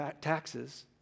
taxes